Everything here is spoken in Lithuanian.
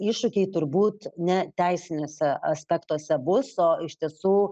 iššūkiai turbūt ne teisiniuose aspektuose bus o iš tiesų